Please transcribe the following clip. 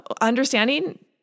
understanding